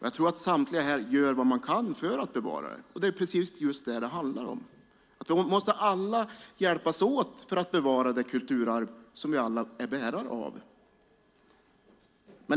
Jag tror att alla här gör vad de kan för att bevara det. Det handlar om att alla måste hjälpas åt att bevara det kulturarv som vi alla är bärare av.